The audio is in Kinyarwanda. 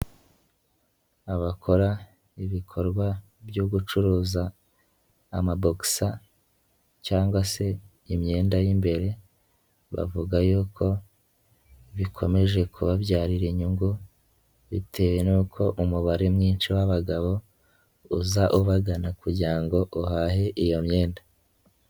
Abakora ibikorwa byo gucuruza amabogisa, cyangwa se imyenda y'imbere, bavuga yuko bikomeje kubabyarira inyungu bitewe n'uko umubare mwinshi w'abagabo uza ubagana kugira ngo uhahe iyo myenda.